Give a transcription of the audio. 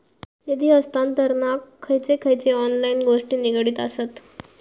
निधी हस्तांतरणाक खयचे खयचे ऑनलाइन गोष्टी निगडीत आसत?